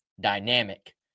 dynamic